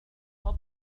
أخرج